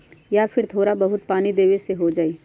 या फिर थोड़ा बहुत पानी देबे से हो जाइ?